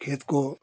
खेत को